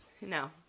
no